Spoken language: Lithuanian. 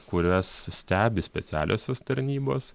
kurias stebi specialiosios tarnybos